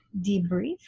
debrief